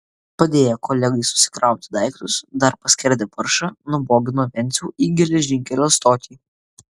padėję kolegai susikrauti daiktus dar paskerdę paršą nubogino vencių į geležinkelio stotį